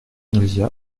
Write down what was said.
нельзя